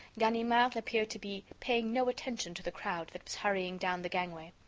ganimard appeared to be paying no attention to the crowd that was hurrying down the gangway.